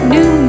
New